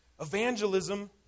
Evangelism